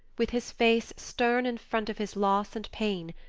with his face stern in front of his loss and pain,